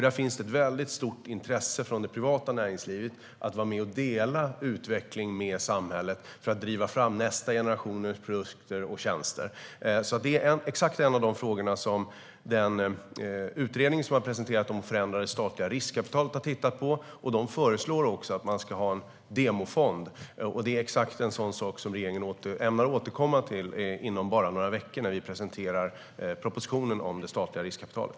Det finns ett stort intresse från det privata näringslivet för att vara med och dela utveckling med samhället för att driva fram nästa generations produkter och tjänster. Detta är just en av de frågor som den utredning som har presenterats om det förändrade statliga riskkapitalet har tittat på. De föreslår en demofond, och det är exakt en sådan sak som regeringen ämnar återkomma till inom bara några veckor när vi presenterar propositionen om det statliga riskkapitalet.